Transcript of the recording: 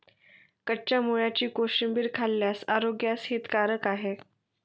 कच्च्या मुळ्याची कोशिंबीर खाल्ल्यास आरोग्यास हितकारक आहे